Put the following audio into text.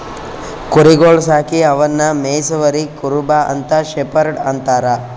ಕುರಿಗೊಳ್ ಸಾಕಿ ಅವನ್ನಾ ಮೆಯ್ಸವರಿಗ್ ಕುರುಬ ಅಥವಾ ಶೆಫರ್ಡ್ ಅಂತಾರ್